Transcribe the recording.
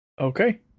Okay